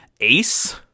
Ace